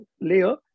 layer